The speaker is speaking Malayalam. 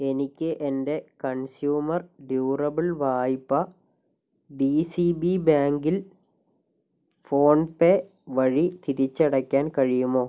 എനിക്ക് എൻ്റെ കൺസ്യൂമർ ഡ്യൂറബിൾ വായ്പ ഡി സി ബി ബാങ്കിൽ ഫോൺപേ വഴി തിരിച്ചടയ്ക്കാൻ കഴിയുമോ